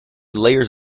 layers